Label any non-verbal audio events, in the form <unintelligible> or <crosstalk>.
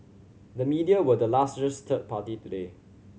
the media were the <unintelligible> third party today